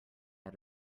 out